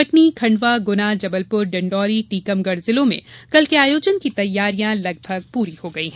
कटनी खंडवा गुना जबलपुर डिण्डौरी टीकमगढ जिलों में कल के आयोजन की तैयारियां लगभग पूरी हो गई हैं